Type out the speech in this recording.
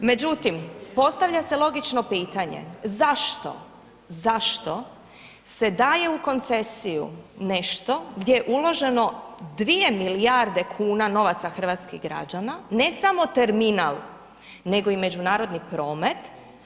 Međutim, postavlja se logično pitanje, zašto zašto se daje u koncesiju nešto gdje je uloženo 2 milijarde kuna novaca hrvatskih građana, ne samo terminal, nego i međunarodni promet.